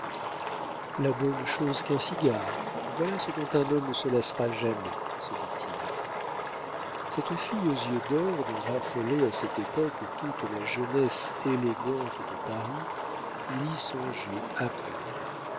la bonne chose qu'un cigare voilà ce dont un homme ne se lassera jamais se dit-il cette fille aux yeux d'or dont raffolait à cette époque toute la jeunesse élégante de paris il y songeait à peine